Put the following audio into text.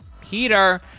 Peter